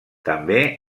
també